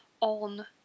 on